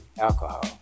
alcohol